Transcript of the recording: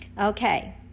Okay